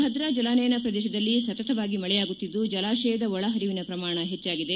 ಭದ್ರಾ ಜಲಾನಯನ ಪ್ರದೇಶದಲ್ಲಿ ಸತತವಾಗಿ ಮಳೆಯಾಗುತ್ತಿದ್ದು ಜಲಾಶಯದ ಒಳ ಹರಿವಿನ ಪ್ರಮಾಣ ಹೆಚ್ಚಾಗಿದೆ